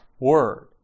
word